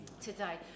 today